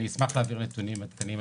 אשמח להעביר נתונים עדכניים.